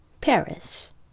PARIS